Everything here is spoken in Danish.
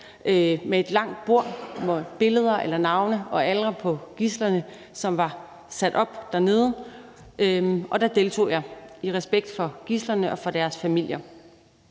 med et langt bord, hvor der var billeder eller navn og alder på gidslerne, og der deltog jeg i respekt for gidslerne og for deres familier.